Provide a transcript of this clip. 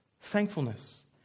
thankfulness